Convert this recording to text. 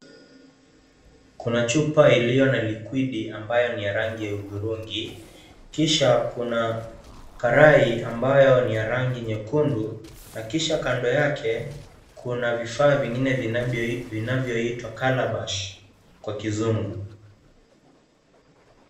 Kuna chupa ambayo iliyo na likwidi ambayo ni ya rangi ya udhurungi kisha kuna karai ambayo ni ya rangi nyekundu na kisha kando yake kuna vifaa vingine vinavyo itwa kalabashi kwa kizungu.